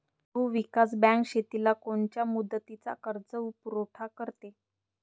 भूविकास बँक शेतीला कोनच्या मुदतीचा कर्जपुरवठा करते?